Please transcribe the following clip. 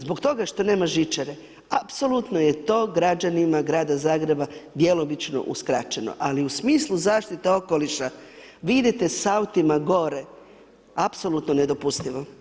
Zbog toga što nema žičare, apsolutno je to građanima grada Zagreba djelomično uskraćeno ali u smislu zaštite okoliša, vi idete s autima gore, apsolutno nedopustivo.